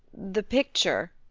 the picture,